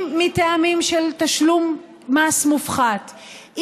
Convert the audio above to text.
אם מטעמים של תשלום מס מופחת,